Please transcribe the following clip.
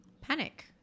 panic